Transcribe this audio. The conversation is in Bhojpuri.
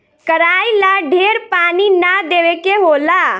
कराई ला ढेर पानी ना देवे के होला